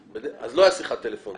אז לא הייתה שיחת טלפון.